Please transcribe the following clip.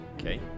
Okay